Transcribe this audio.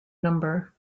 number